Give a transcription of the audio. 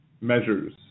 measures